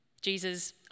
Jesus